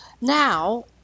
now